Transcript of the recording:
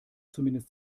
zumindest